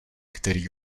který